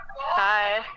Hi